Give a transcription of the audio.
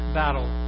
battle